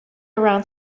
around